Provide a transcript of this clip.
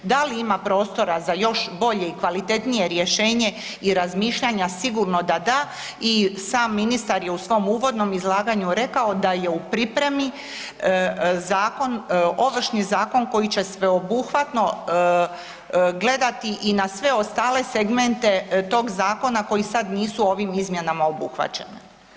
Da li ima prostora za još bolje i kvalitetnije rješenje i razmišljanja sigurno da da i sam ministar je u svom uvodnom izlaganju rekao da je u pripremi zakon, Ovršni zakon koji će sveobuhvatno gledati i na sve ostale segmente tog zakona koji sad nisu ovim izmjenama obuhvaćene.